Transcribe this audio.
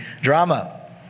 drama